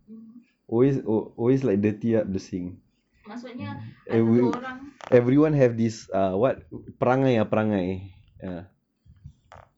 always always like dirty up nursing and will everyone have this err what apparently apparently